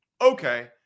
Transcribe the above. Okay